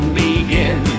begin